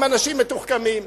הם אנשים מתוחכמים.